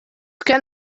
can